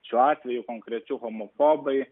šiuo atveju konkrečiu homofobai